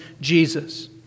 Jesus